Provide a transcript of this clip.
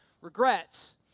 regrets